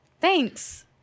Thanks